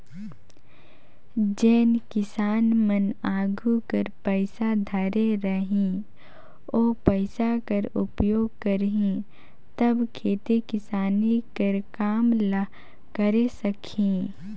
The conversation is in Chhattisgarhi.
जेन किसान मन आघु कर पइसा धरे रही ओ पइसा कर उपयोग करही तब खेती किसानी कर काम ल करे सकही